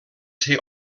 ser